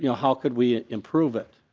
you know how can we improve it.